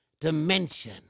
dimension